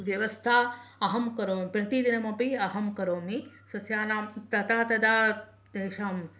व्यवस्था अहं करोमि प्रतिदिनम् अपि अहं करोमि सस्यानां ततः तदा तेषां